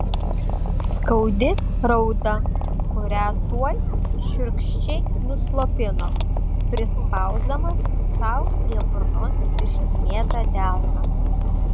skaudi rauda kurią tuoj šiurkščiai nuslopino prispausdamas sau prie burnos pirštinėtą delną